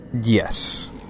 Yes